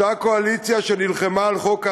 אותה קואליציה שנלחמה על חוק ההסדרה,